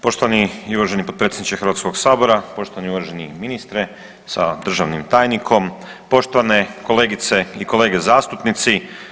Poštovani i uvaženi potpredsjedniče Hrvatskog sabora, poštovani i uvaženi ministre sa državnim tajnikom, poštovane kolegice i kolege zastupnici.